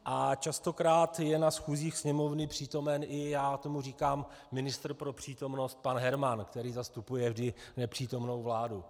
A častokrát je na schůzích Sněmovny přítomen i já tomu říkám ministr pro přítomnost, pan Herman, který zastupuje vždy nepřítomnou vládu.